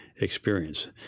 experience